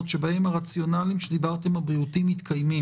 שבהם הרציונלים הבריאותיים שדיברתם מתקיימים?